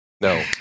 No